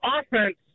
offense